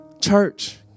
Church